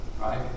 right